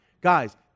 Guys